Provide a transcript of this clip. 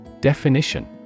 Definition